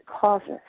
causes